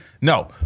no